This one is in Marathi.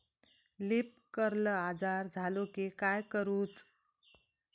लीफ कर्ल आजार झालो की काय करूच?